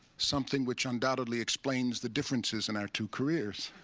something which undoubtedly explains the differences in our two careers.